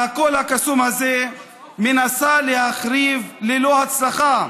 את הקול הקסום הזה מנסה להחריב, ללא הצלחה,